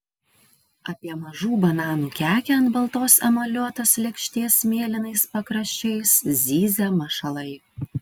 apie mažų bananų kekę ant baltos emaliuotos lėkštės mėlynais pakraščiais zyzia mašalai